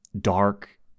dark